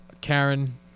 Karen